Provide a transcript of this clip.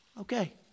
Okay